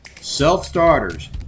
self-starters